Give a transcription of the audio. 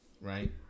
right